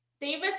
Davis